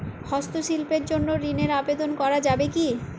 হস্তশিল্পের জন্য ঋনের আবেদন করা যাবে কি?